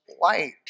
light